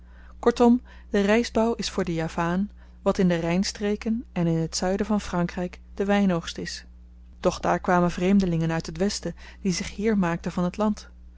kortom de rystbouw is voor den javaan wat in de rynstreken en in het zuiden van frankryk de wynoogst is doch daar kwamen vreemdelingen uit het westen die zich heer maakten van het land